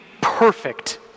perfect